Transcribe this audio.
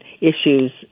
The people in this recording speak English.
issues